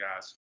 guys